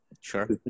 Sure